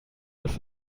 dass